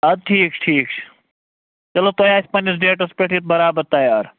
اَدٕ ٹھیٖک چھُ ٹھیٖک چھُ چَلو تۄہہِ آسہِ پنٛنِس ڈیٹس پٮ۪ٹھ یہِ بَرابر تیار